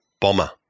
bomber